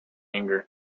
anger